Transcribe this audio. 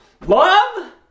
Love